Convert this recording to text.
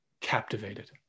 captivated